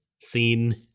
scene